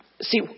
See